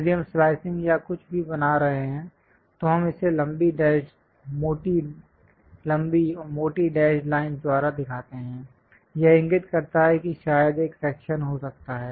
यदि हम स्लाईसिग या कुछ भी बना रहे हैं तो हम इसे लंबी डैशड् मोटी लंबी और मोटी डैशड् लाइनस् द्वारा दिखाते हैं यह इंगित करता है कि शायद एक सेक्शन हो सकता है